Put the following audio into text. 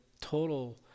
total